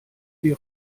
sie